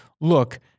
look